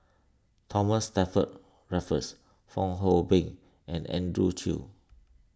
Thomas Stamford Raffles Fong Hoe Beng and Andrew Chew